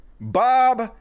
Bob